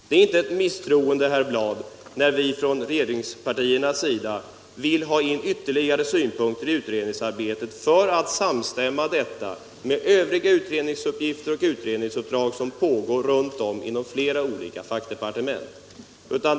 Det är inte uttryck för ett misstroende, herr Bladh, när vi från regeringspartiernas sida vill ha in ytterligare synpunkter i utredningsarbetet för att samstämma detta med övriga utredningsuppgifter och utredningsuppdrag som pågår inom flera olika fackdepartement.